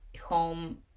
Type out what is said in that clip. home